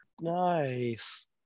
Nice